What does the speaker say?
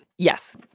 Yes